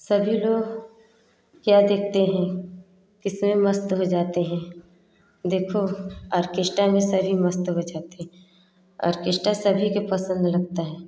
सभी लोग क्या देखते हैं कि सभी मस्त हो जाते हैं देखो ऑर्केस्टा में सभी मस्त हो जाते हैं ऑर्केस्टा सभी के पसंद रखता है